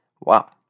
wow